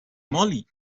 moly